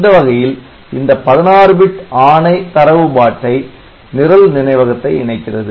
அந்த வகையில் இந்த 16 பிட் ஆணைதரவு பாட்டை நிரல் நினைவகத்தை இணைக்கிறது